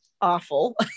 awful